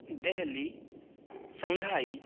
Delhi Shanghai